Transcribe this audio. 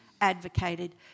advocated